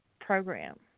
program